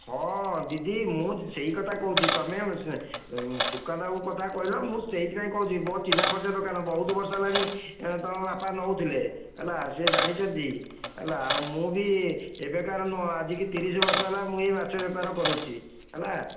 ହଁ ଦିଦି ମୁଁ ସେଇ କଥା କହୁଛି ତମେ ସୁକାନ୍ତ ବାବୁ କଥା କହିଲ ମୁଁ ସେଇଥିପାଇଁ କହୁଛି ମୋ ଚିହ୍ନା ପରିଚୟ ଦୋକାନ ବହୁତ ବର୍ଷ ହେଲାଣି ତୁମ ବାପା ନେଉଥିଲେ ହେଲା ସେ ଜାଣିଛନ୍ତି ହେଲା ଆଉ ମୁଁ ବି ଏବେକାର ନୁହଁ ଆଜିକି ତିରିଶ ବର୍ଷ ହେଲା ମୁଁ ଏଇ ମାଛ ବେପାର କରୁଛି ହେଲା